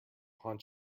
haunt